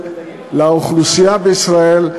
לאוכלוסייה בישראל,